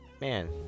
man